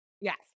Yes